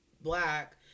Black